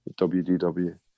WDW